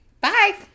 Bye